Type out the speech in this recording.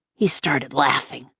he started laughing.